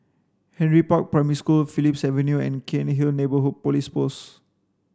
Henry Park Primary School Phillips Avenue and Cairnhill Neighbourhood Police Post